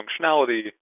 functionality